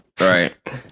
Right